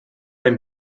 ein